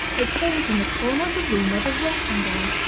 it came from the corner of the room where the rope hung down,